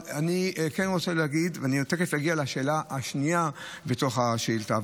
תכף אגיע לשאלה השנייה שבתוך השאילתה,